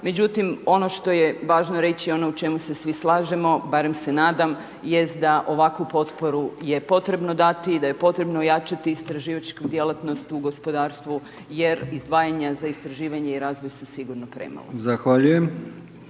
Međutim ono što je važno reći i ono u čemu se svi slažemo, barem se nadam, jest da ovakvu potporu je potrebno dati i da je potrebno ojačati istraživačku djelatnost u gospodarstvu jer izdvajanja za istraživanja i razvoj su sigurno premalo.